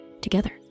Together